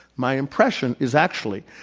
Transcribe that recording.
my impression is actually,